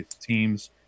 Teams